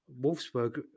Wolfsburg